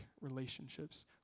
relationships